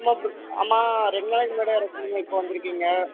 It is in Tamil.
ஆமாம் பு ஆமாம் ரெண்டு நாளைக்கு முன்னாடியே வர சொன்னேன் இப்போ வந்துருக்கீங்க